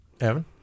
Evan